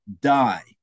die